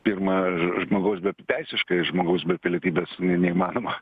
pirma žmogaus be teisiškai žmogaus be pilietybės ne neįmanoma